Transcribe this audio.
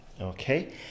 okay